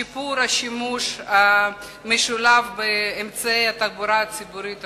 שיפור השימוש המשולב באמצעי התחבורה הציבורית השונים,